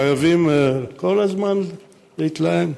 חייבים כל הזמן להתלהם?